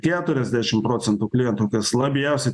keturiasdešim klientų kas labiausiai